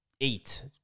eight